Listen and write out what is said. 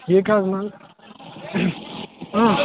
ٹھیٖک حظ نہ حظ إں